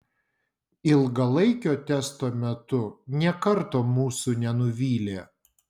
ilgalaikio testo metu nė karto mūsų nenuvylė